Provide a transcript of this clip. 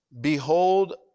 Behold